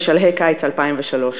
בשלהי קיץ 2003,